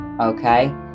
okay